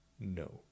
no